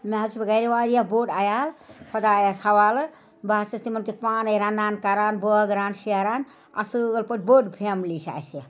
مےٚ حظ چھِ گَرِ واریاہ بوٚڈ عیال خۄدایس حوالہٕ بہٕ حظ چھَس تِمن کیُتھ پانَے رَنان کَران بٲگران شیران اصٕل پٲٹھۍ بٔڑ فیملی چھِ اَسہِ